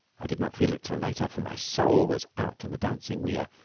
i did not feel it till later, for my soul was out in the dancing weir,